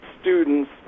students